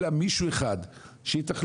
אלא מישהו אחד שיתכלל.